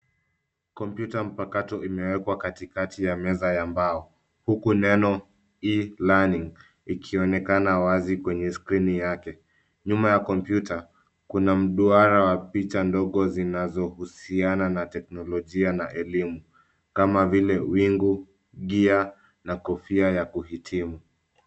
Kompyuta mpakato imewekwa katikati ya meza ya mbao huku neno e-learning likionekana wazi kwenye skrini yake. Nyuma ya kompyuta kuna mduara wa picha ndogo zinazohusiana na teknolojia na elimu, kama vile wingu , gear na kofia ya kuhitimu.